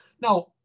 Now